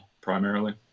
primarily